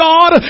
God